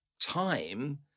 time